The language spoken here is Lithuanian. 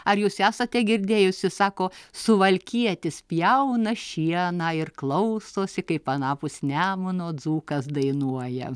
ar jūs esate girdėjusi sako suvalkietis pjauna šieną ir klausosi kaip anapus nemuno dzūkas dainuoja